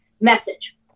message